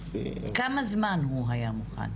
כמה זמן הוא היה מוכן?